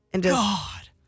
God